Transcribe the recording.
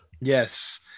yes